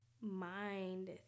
mind